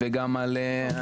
ויגיד: אוקיי,